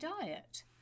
diet